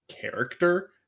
character